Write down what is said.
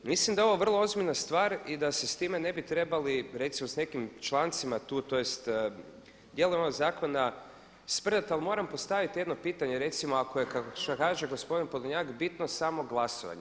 Mislim da je ovo vrlo ozbiljna stvar i da se sa time ne bi trebali, recimo sa nekim člancima tu, tj. dijelovima zakona sprdati ali moram postaviti jedno pitanje, recimo ako je što kaže gospodin Podolnjak bitno samo glasovanje.